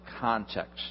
context